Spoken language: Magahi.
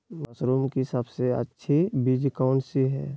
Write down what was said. मशरूम की सबसे अच्छी बीज कौन सी है?